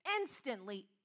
instantly